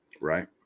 Right